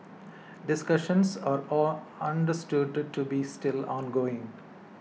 discussions are all understood to be still ongoing